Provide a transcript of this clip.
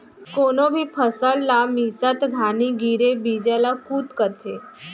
कोनो भी फसल ला मिसत घानी गिरे बीजा ल कुत कथें